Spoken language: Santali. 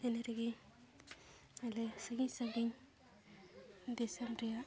ᱤᱱᱟᱹ ᱨᱮᱜᱮ ᱟᱞᱮ ᱥᱟᱺᱜᱤᱧ ᱥᱟᱺᱜᱤᱧ ᱫᱤᱥᱚᱢ ᱨᱮᱭᱟᱜ